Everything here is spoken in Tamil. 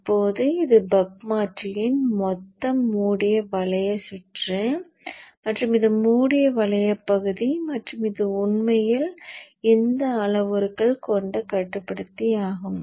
இப்போது இது பக் மாற்றியின் மொத்த மூடிய வளைய சுற்று மற்றும் இது மூடிய வளைய பகுதி மற்றும் இது உண்மையில் இந்த அளவுருக்கள் கொண்ட கட்டுப்படுத்தி ஆகும்